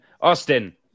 Austin